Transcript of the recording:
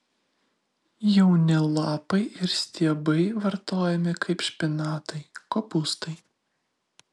jauni lapai ir stiebai vartojami kaip špinatai kopūstai